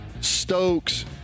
Stokes